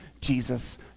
Jesus